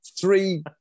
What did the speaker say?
Three